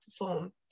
perform